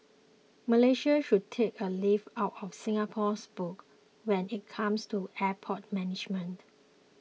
Malaysia should take a leaf out of Singapore's book when it comes to airport management